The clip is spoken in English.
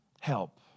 help